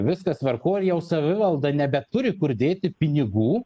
viskas tvarkojir jau savivalda nebeturi kur dėti pinigų